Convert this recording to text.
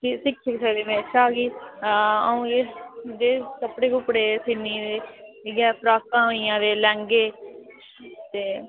फ्ही सिक्खी बी सकदे मेरे शा भी हां अ'ऊं एह् जे कपड़े शुपड़े सीनी इ'यै फराकां होई गेइयां ते लैह्ंगे ते